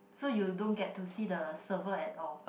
so you don't get to see the server at all